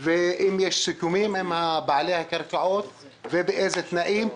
ולדעת אם יש סיכומים עם בעלי הקרקעות ובאילו תנאים.